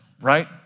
right